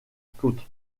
côte